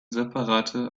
separate